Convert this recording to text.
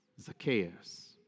Zacchaeus